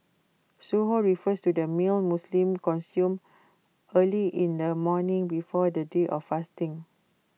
Suhoor refers to the meal Muslims consume early in the morning before the day of fasting